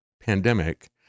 pandemic